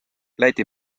läti